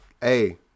Hey